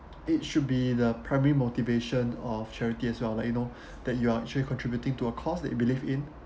it should be the primary motivation of charity as well like you know that you are actually contributing to a cause that it believe in